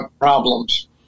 problems